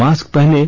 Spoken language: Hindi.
मास्क पहनें